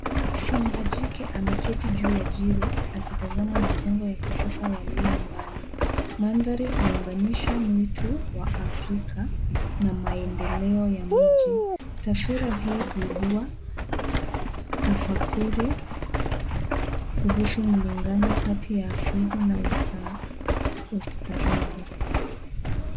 Simba jike ameketi juu ya jiwe akitazama majengo ya kisasa yaliyo mbali. Mandhari huunganisha mwitu wa Afrika na maendeleo ya miji. Taswira hii huibua tafakuri kuhusu mlingano kati ya asili na ustaarabu.